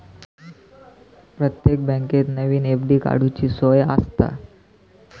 प्रत्येक बँकेत नवीन एफ.डी काडूची सोय आसता